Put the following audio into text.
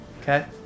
Okay